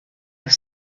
have